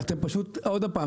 שוב,